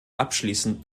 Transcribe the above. abschließend